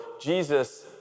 Jesus